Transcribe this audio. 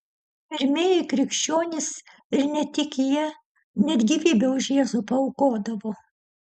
pirmieji krikščionys ir ne tik jie net gyvybę už jėzų paaukodavo